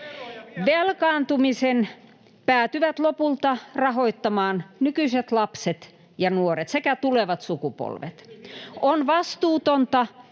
velkaantumisen päätyvät lopulta rahoittamaan nykyiset lapset ja nuoret sekä tulevat sukupolvet. Siksi